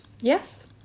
yes